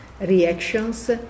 reactions